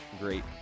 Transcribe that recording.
great